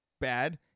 bad